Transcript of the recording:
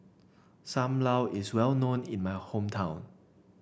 Sam Lau is well known in my hometown